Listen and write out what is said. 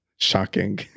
Shocking